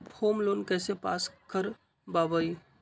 Home loan कैसे pass कर बाबई?